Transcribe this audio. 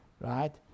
right